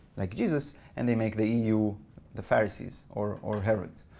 like jesus. and they make the eu the pharisees, or or herrod.